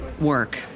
work